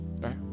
Right